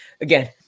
again